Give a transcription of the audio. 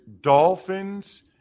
Dolphins